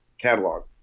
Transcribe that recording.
catalog